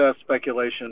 speculation